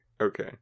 okay